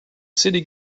city